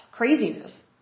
craziness